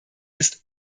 ist